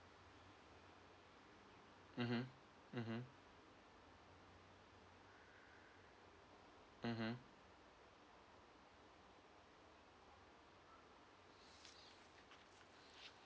mmhmm mmhmm mmhmm